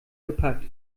gepackt